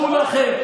תתביישו לכם.